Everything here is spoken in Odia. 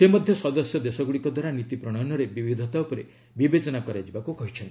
ସେ ମଧ୍ୟ ସଦସ୍ୟ ଦେଶଗୁଡ଼ିକ ଦ୍ୱାରା ନୀତି ପ୍ରଶୟନରେ ବିବିଧତା ଉପରେ ବିବେଚନା କରାଯିବାକୁ କହିଚ୍ଛନ୍ତି